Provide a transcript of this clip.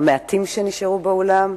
המעטים שנשארו באולם,